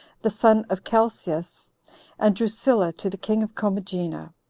the son of chelcias and drusilla to the king of commagena.